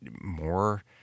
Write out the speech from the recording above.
more